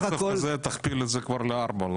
בקצב כזה תכפיל את זה כבר בארבע.